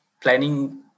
planning